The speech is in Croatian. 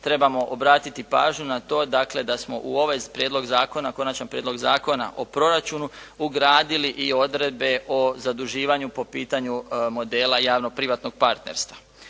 trebamo obratiti pažnju na to dakle da smo u ovaj prijedlog zakona, Konačan prijedlog Zakona o proračunu, ugradili i odredbe o zaduživanju po pitanju modela javnog privatnog partnerstva.